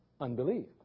Unbelief